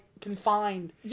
confined